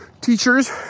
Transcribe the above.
teachers